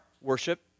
worship